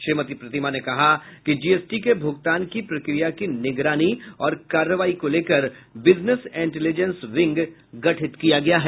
श्रीमती प्रतिमा ने कहा कि जीएसटी के भुगतान की प्रक्रिया की निगरानी और कार्रवाई को लेकर बिजनेस इंटेलिजेंस विंग गठित किया गया है